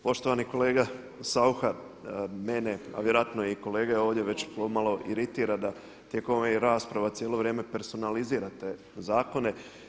Poštovani kolega Saucha mene, a vjerojatno i kolege ovdje, već pomalo iritira da tijekom ovih rasprava cijelo vrijeme personalizirate zakone.